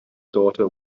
daughter